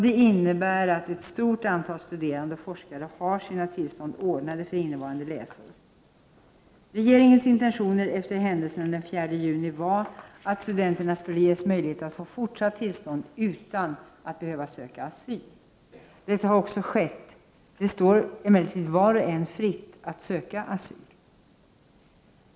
Detta innebär att ett stort antal studerande och forskare har sina tillstånd ordnade för innevarande läsår. Regeringens intention efter händelserna den 4 juni var att studenterna skulle ges möjlighet att få fortsatt tillstånd utan att behöva söka asyl. Detta har också skett. Det står emellertid var och en fritt att söka asyl.